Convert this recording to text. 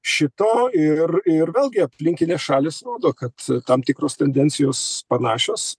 šito ir ir vėlgi aplinkinės šalys rodo kad tam tikros tendencijos panašios